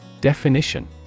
Definition